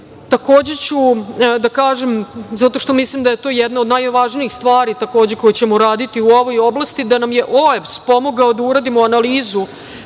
ću da kažem, zato što mislim da je to jedna od najvažnijih stvari koju ćemo uraditi u ovoj oblasti, da nam je OEBS pomogao da uradimo analizu